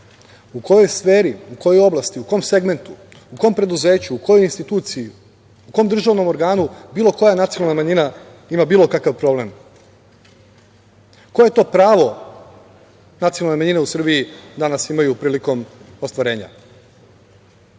u kojoj sferi, u kojoj oblasti, u kom segmentu, u kom preduzeću, u kojoj instituciji, u kom državnom organu bilo koja nacionalna manjina ima bilo kakav problem, koje to pravo nacionalne manjine u Srbiji danas imaju prilikom ostvarenja?